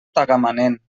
tagamanent